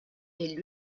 est